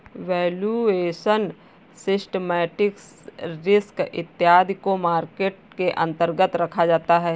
valuation, systematic risk इत्यादि को market के अंतर्गत रखा जाता है